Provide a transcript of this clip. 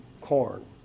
corn